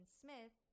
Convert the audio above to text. smith